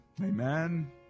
Amen